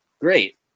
Great